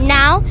now